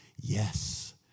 yes